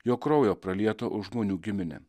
jo kraujo pralieto už žmonių giminę